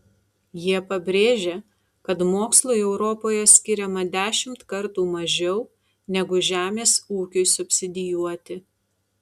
jie pabrėžia kad mokslui europoje skiriama dešimt kartų mažiau negu žemės ūkiui subsidijuoti